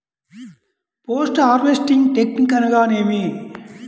Post harvesting technique అనగా నేమి?